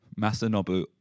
Masanobu